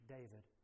David